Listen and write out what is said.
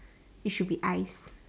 it should be ice